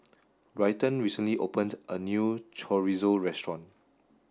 Bryton recently opened a new Chorizo restaurant